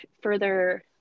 further